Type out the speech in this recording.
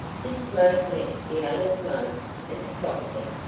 this smoke met the other smoke and stopped it.